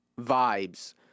vibes